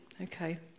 okay